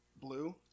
blue